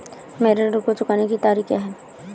मेरे ऋण को चुकाने की तारीख़ क्या है?